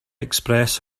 express